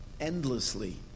endlessly